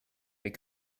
mais